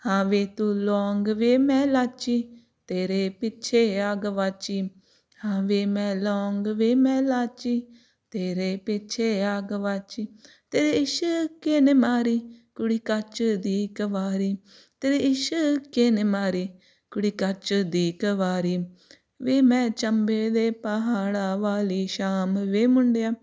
ਹਾਂ ਵੇ ਤੂੰ ਲੌਂਗ ਵੇ ਮੈਂ ਲਾਚੀ ਤੇਰੇ ਪਿੱਛੇ ਆ ਗਵਾਚੀ ਹਾਂ ਵੇ ਮੈਂ ਲੌਂਗ ਵੇ ਮੈਂ ਲਾਚੀ ਤੇਰੇ ਪਿੱਛੇ ਆ ਗਵਾਚੀ ਤੇਰੇ ਇਸ਼ਕੇ ਨੇ ਮਾਰੀ ਕੁੜੀ ਕੱਚ ਦੀ ਕਵਾਰੀ ਤੇਰੇ ਇਸ਼ਕੇ ਨੇ ਮਾਰੀ ਕੁੜੀ ਕੱਚ ਦੀ ਕਵਾਰੀ ਵੇ ਮੈਂ ਚੰਬੇ ਦੇ ਪਹਾੜਾਂ ਵਾਲੀ ਸ਼ਾਮ ਵੇ ਮੁੰਡਿਆਂ